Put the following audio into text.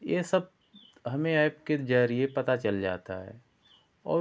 ये सब हमें ऐप के जरिए पता चल जाता है और